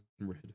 red